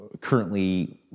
currently